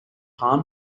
palm